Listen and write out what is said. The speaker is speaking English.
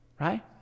Right